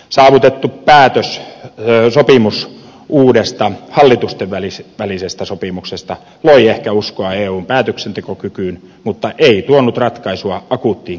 saavutettu päätös sopimus uudesta hallitusten välisestä sopimuksesta loi ehkä uskoa eun päätöksentekokykyyn mutta ei tuonut ratkaisua akuuttiin kriisiin